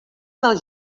dels